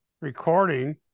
recording